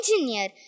engineer